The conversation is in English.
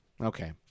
Okay